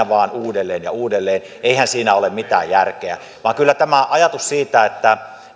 vain uudelleen ja uudelleen eihän siinä ole mitään järkeä vaan kyllä tämä ajatus siitä että